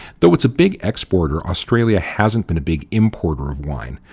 though it's a big exporter, australia hasn't been a big importer of wine,